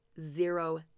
zero